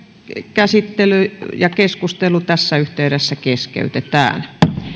käsittely ja keskustelu tässä yhteydessä keskeytetään